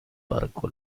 barco